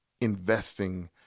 investing